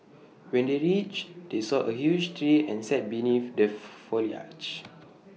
when they reached they saw A huge tree and sat beneath the foliage